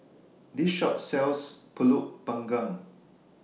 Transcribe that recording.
This Shop sells Pulut Panggang